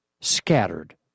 scattered